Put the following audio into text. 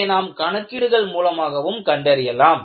இதை நாம் கணக்கீடுகள் மூலமாகவும் கண்டறியலாம்